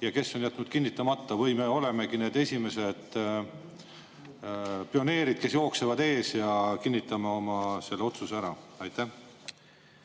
ja kes on jätnud kinnitamata? Või me olemegi need esimesed pioneerid, kes jooksevad ees, ja kinnitame oma otsuse ära? Aitäh!